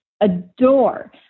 adore